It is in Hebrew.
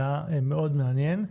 זה היה מאוד מעניין.